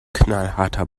knallharter